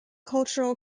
cultural